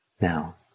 now